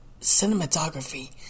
cinematography